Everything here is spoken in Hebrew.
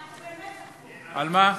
למה?